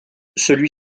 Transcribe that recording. celui